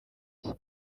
bye